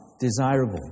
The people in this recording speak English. desirable